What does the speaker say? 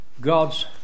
God's